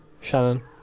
Shannon